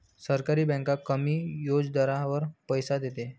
सहकारी बँक कमी व्याजदरावर पैसे देते